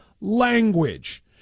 language